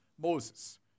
Moses